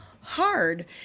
hard